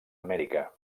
amèrica